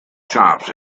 shops